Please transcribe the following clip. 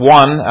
one